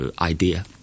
idea